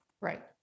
Right